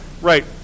right